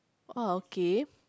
ah okay